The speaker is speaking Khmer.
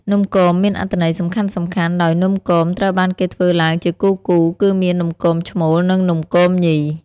នំគមមានអត្ថន័យសំខាន់ៗដោយនំគមត្រូវបានគេធ្វើឡើងជាគូៗ គឺមាន នំគមឈ្មោល និង នំគមញី។